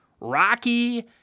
rocky